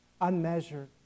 Unmeasured